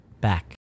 back